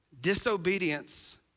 disobedience